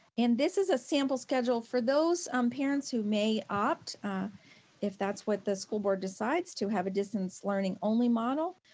and this is a sample schedule for those um parents who may opt if that's what the school board decides to have a distance learning only model.